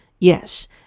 Yes